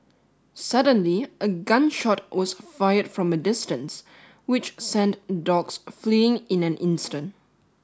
suddenly a gun shot was fired from a distance which sent the dogs fleeing in an instant